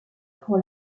pour